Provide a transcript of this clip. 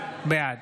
בעד